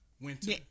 winter